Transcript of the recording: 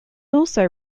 also